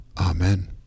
Amen